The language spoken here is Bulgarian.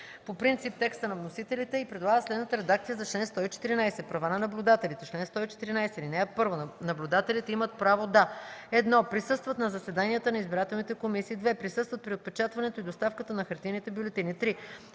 по принцип текста на вносителите и предлага следната редакция на чл. 114: „Права на наблюдателите Чл. 114. (1) Наблюдателите имат право да: 1. присъстват на заседанията на избирателните комисии; 2. присъстват при отпечатването и доставката на хартиените бюлетини; 3.